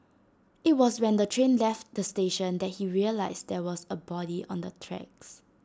IT was when the train left the station that he realised there was A body on the tracks